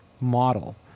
model